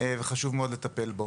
וחשוב מאוד לטפל בזה.